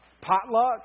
potluck